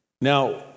Now